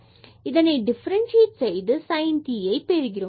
பின்பு இதனை டிஃபரண்சியேட் செய்து sin tஐ பெறுகிறோம்